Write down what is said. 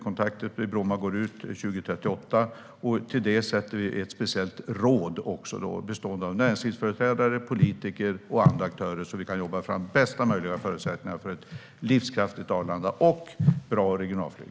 Kontraktet med Bromma går ut 2038, och därför tillsätter vi ett speciellt råd bestående av näringslivsföreträdare, politiker och andra aktörer, så att vi kan jobba fram bästa möjliga förutsättningar för ett livskraftigt Arlanda och bra regionalflyg.